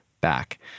back